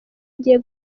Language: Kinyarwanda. agiye